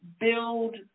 build